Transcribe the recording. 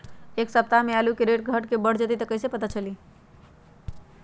एक सप्ताह मे आलू के रेट घट ये बढ़ जतई त कईसे पता चली?